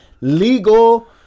legal